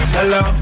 hello